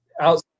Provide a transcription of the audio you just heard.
outside